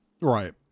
Right